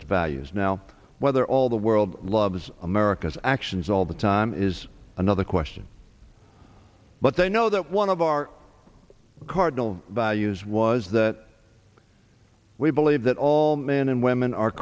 its values now whether all the world loves america's actions all the time is another question but they know that one of our cardinal values was that we believe that all men and women are